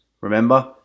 Remember